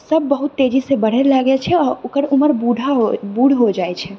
सब बहुत तेजीसँ बढ़ै लागै छै आओर ओकर उमर बूढ़ा बूढ़ हो जाइ छै